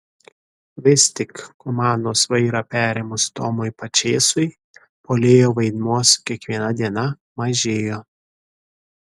vis tik komandos vairą perėmus tomui pačėsui puolėjo vaidmuo su kiekviena diena mažėjo